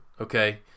okay